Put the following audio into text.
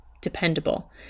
dependable